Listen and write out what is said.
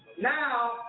Now